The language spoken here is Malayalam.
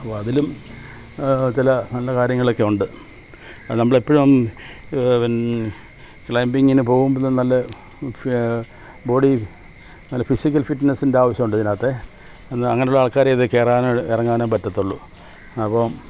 അപ്പോള് അതിലും ചില നല്ല കാര്യങ്ങളൊക്കെയുണ്ട് അത് നമ്മളെപ്പഴും ക്ലൈമ്പിങ്ങിന് പോകുമ്പോഴും നല്ല ബോഡി നല്ല ഫിസിക്കൽ ഫിറ്റ്നസിൻറ്റാവശ്യമുണ്ടിതിനകത്തെ അങ്ങനുള്ള ആൾക്കാരെ ഇതില് കയറാനുമിറങ്ങാനും പറ്റത്തുള്ളു അപ്പോള്